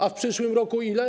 A w przyszłym roku ile?